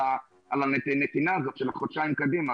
על הנתינה הזאת של חודשיים קדימה,